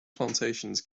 plantations